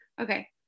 Okay